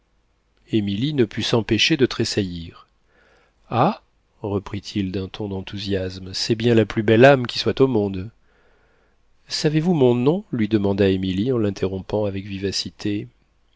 émilie ne put s'empêcher de tressaillir ah reprit-il d'un ton d'enthousiasme c'est bien la plus belle âme qui soit au monde savez-vous mon nom lui demanda émilie en l'interrompant avec vivacité